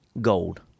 gold